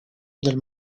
del